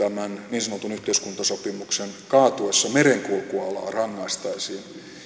niin sanotun yhteiskuntasopimuksen kaatuessa merenkulkualaa rangaistaisiin